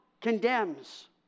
condemns